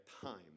time